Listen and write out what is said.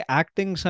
acting